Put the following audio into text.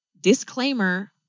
Disclaimer